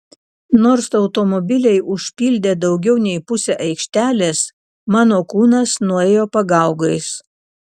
nors automobiliai užpildė daugiau nei pusę aikštelės mano kūnas nuėjo pagaugais